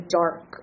dark